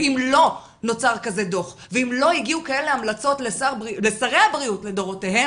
ואם לא נוצר כזה דוח ואם לא הגיעו כאלה המלצות לשרי הבריאות לדורותיהם,